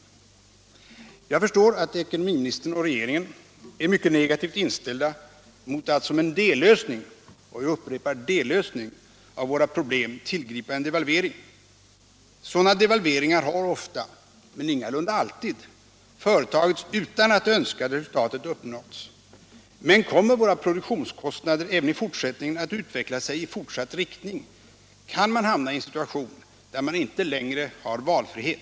t Jag förstår att ekonomiministern och de övriga regeringsledamöterna är mycket negativt inställda till att som en dellösning, jag upprepar dellösning, av våra problem tillgripa en devalvering. Devalveringar har ofta, men ingalunda alltid, företagits utan att det önskade resultatet uppnåtts. Men kommer våra produktionskostnader även i fortsättningen att utveckla sig i negativ riktning, kan man hamna i en situation, där man inte längre har valfrihet.